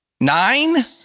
Nine